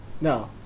No